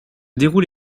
déroule